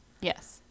Yes